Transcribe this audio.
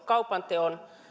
kaupanteon